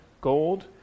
gold